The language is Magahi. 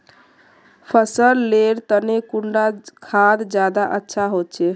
फसल लेर तने कुंडा खाद ज्यादा अच्छा होचे?